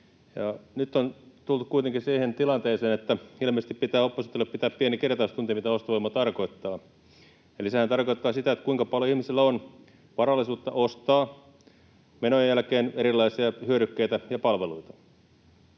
Nyt on tultu kuitenkin siihen tilanteeseen, että ilmeisesti pitää oppositiolle pitää pieni kertaustunti, mitä ostovoima tarkoittaa. Sehän tarkoittaa sitä, kuinka paljon ihmisillä on varallisuutta ostaa menojen jälkeen erilaisia hyödykkeitä ja palveluita.